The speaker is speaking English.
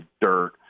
dirt